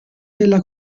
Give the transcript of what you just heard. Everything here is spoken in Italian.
della